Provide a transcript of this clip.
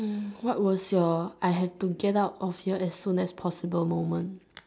hmm what was your I have to get out of here as soon as possible moment